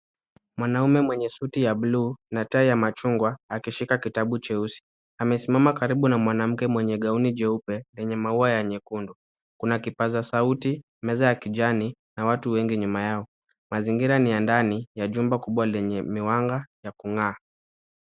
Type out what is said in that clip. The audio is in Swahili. Mwanaume mwenye suti ya buluu na tai ya machungwa akishika kitabu cheusi. Amesimama karibu na mwanamke mwenye gaoni jeupe yenye maua ya nyekundu. Kuna kipaza sauti, meza ya kijani na watu wengi nyuma yao. Mazingira ni ya ndani ya jumba kubwa lenye miwang'a ya kung'aa.